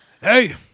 Hey